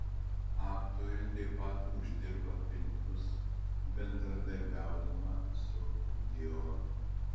aktorė taip pat uždirba pinigus bendradarbiaudama su dior